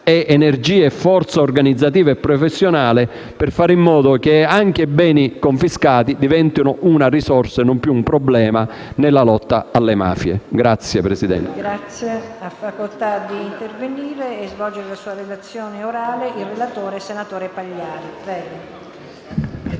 ed energie organizzative e professionali, per fare in modo che anche i beni confiscati diventino una risorsa e non più un problema nella lotta alle mafie. Chiedo alla Presidenza